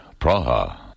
Praha